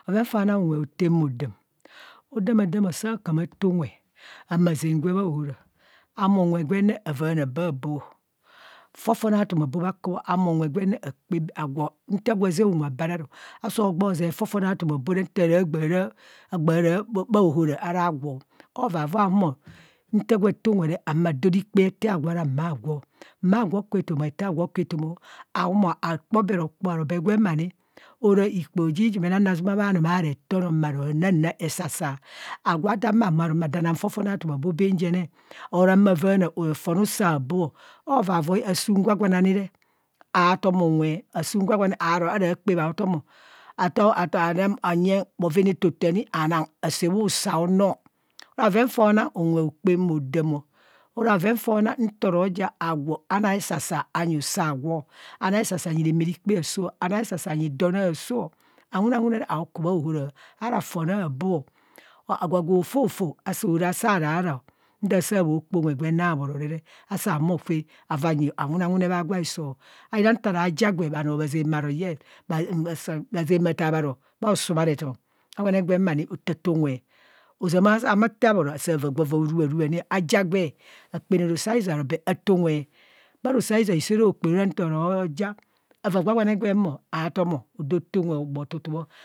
Bhoven faona unwe otaa mo dam. Odamadam o. Soa kan ataa unwe, ama zeng gwe bha ohara, a humo unwe gwenne avaana ababo ọ fofone atum abo bha ku bho a humo unwe gwenne. Akpa agwo nta gwa zaa unwe ata re aru osoo gbo ze nta fofene atumabo re nta ra gbaa raa bha ohera ara gwo. Ovavoi ahumo nta gwo ata unwe re ahumo doo rekpe amagwo are ete agwo. Mma gwa aku etoma o, ete aguno aku etoma ahumo a kpo bee rokpoo aro bee gwem ma ni ora ikpoho ji jumene ao azuma bha numere too noo ma ro hananaa hesasa. Agwa adaa humo a humo aru bha na fofono atumabo bham jene or a humo a vaana fon usa aboọ. Ovavoi a suum gwa gwane ani re, aatum unwe, asuum gwan gwane aaro aara kpa bhao tom o. anye bhoven etoto ana asaa kpa bhusa aneo, ara bhoven fapna unwe hokpa mo dem. Ora bhoven fo na agwo ntara na esasa anyi usa agwo, ana esasa anyi ramaa rikpe aasoo, ana esasa anyi asoo awune awune re aoku bhaohara ara gon aabe ọ agwo gwo hofofo ɛo ara saa ra ro nta saa bho kpaa unwe genne bhobhora me asaa humo kwe awunawune bha gwaiso ayina ntara ja gwe khanoo bhazeng bho ro yes bha zeng bha ro bho somarethon gwa gwa gwem ani otaa taa unwe. Ozama hama taa obhoro araa gwe ava arubha rubo ani, aja gwe akpaana roso aizo aro bee ataa unwe, bha rosoaiza saa re hokpana ora nta ja ava gwagwane gwem o atom odo unwe ogbo tutu bho.